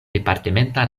departementa